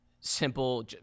simple